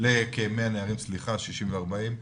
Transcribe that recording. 60 ו-40,